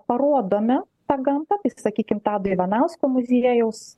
parodome tą gamtą tai sakykim tado ivanausko muziejaus